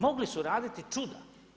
Mogli su raditi čuda.